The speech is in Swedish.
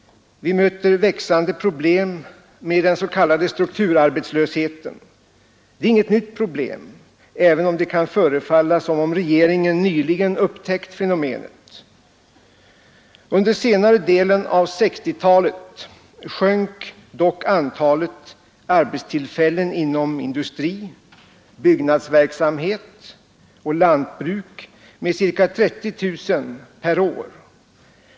Vi möter växande problem med den s.k. strukturarbetslösheten. Det är inget nytt problem även om det kan förefalla som regeringen nyligen upptäckt fenomenet. Under senare delen av 1960-talet sjönk dock antalet arbetstillfällen inom industri, byggnadsverksamhet och lantbruk med ca 30 000 per år.